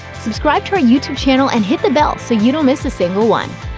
subscribe to our youtube channel and hit the bell so you don't miss a single one.